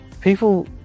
people